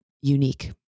unique